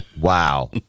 wow